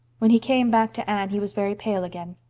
when he came back to anne, he was very pale again.